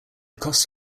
cost